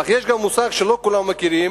אך יש גם מושג שלא כולם מכירים,